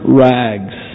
rags